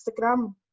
Instagram